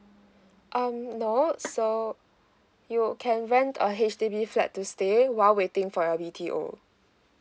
um no so you can rent a H_D_B flat to stay while waiting for a B_T_O